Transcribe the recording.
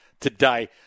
today